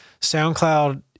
SoundCloud